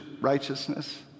righteousness